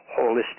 holistic